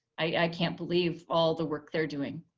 i can't believe all the work they're doing.